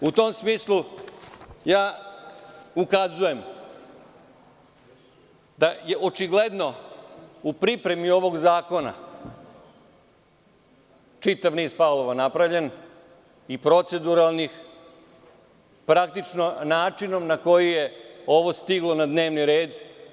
U tom smislu, ukazujem da je očigledno u pripremi ovog zakona čitav niz faulova napravljen i proceduralnih, praktično načinom na koji je ovo stiglo na dnevni red.